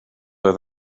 oedd